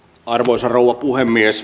arvoisa rouva puhemies